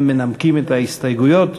והם מנמקים את ההסתייגויות.